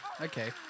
Okay